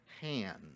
hand